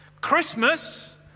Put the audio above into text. Christmas